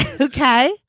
Okay